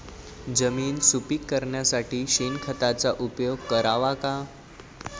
जमीन सुपीक करण्यासाठी शेणखताचा उपयोग करावा का?